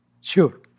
sure